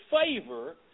favor